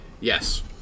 Yes